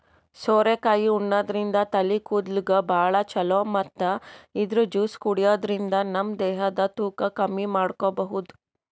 ಸೋರೆಕಾಯಿ ಉಣಾದ್ರಿನ್ದ ತಲಿ ಕೂದಲ್ಗ್ ಭಾಳ್ ಛಲೋ ಮತ್ತ್ ಇದ್ರ್ ಜ್ಯೂಸ್ ಕುಡ್ಯಾದ್ರಿನ್ದ ನಮ ದೇಹದ್ ತೂಕ ಕಮ್ಮಿ ಮಾಡ್ಕೊಬಹುದ್